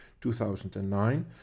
2009